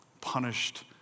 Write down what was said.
punished